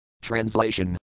Translation